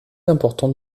important